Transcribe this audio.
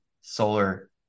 solar